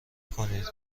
کنید